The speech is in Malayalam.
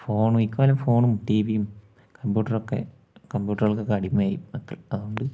ഫോണ് ഇക്കാലം ഫോണും ടി വിയും കമ്പ്യൂട്ടറുമൊക്കെ കമ്പ്യൂട്ടറുകൾക്കൊക്കെ അടിമയായി മക്കൾ അതുകൊണ്ട്